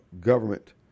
government